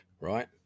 right